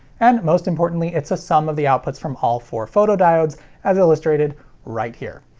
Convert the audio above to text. and most importantly it's a sum of the outputs from all four photodiodes as illustrated right here.